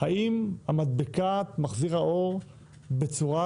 האם מדבקת מחזיר האור בצורת